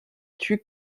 tuent